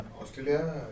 Australia